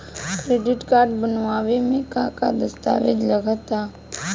Credit card बनवावे म का का दस्तावेज लगा ता?